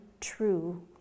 true